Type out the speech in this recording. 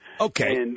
Okay